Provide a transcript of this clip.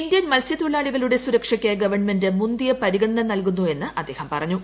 Indian മൽസ്യത്തൊഴിലാളികളുടെ സുരക്ഷയ്ക്ക് government മുന്തിയ പരിഗണന നൽകുന്നു എന്ന് അദ്ദേഹം പ്രിറഞ്ഞു